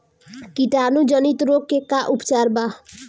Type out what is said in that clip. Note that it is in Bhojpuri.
कीटाणु जनित रोग के का उपचार बा?